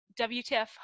wtf